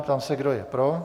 Ptám se, kdo je pro.